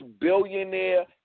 billionaire